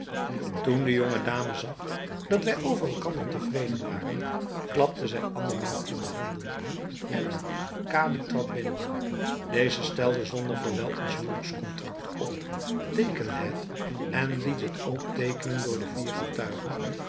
toen de jonge dame zag dat wij over elkander tevreden waren klapte zij andermaal in de handen en een kadi trad binnen deze stelde zonder verwijl ons huwelijks contract op teekende het en liet het ook teekenen door de vier getuigen